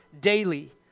daily